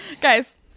Guys